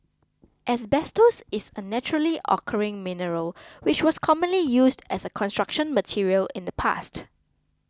asbestos is a naturally occurring mineral which was commonly used as a Construction Material in the past